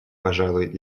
пожалуй